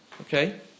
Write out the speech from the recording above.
Okay